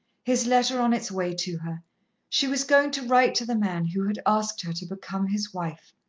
his letter on its way to her she was going to write to the man who had asked her to become his wife.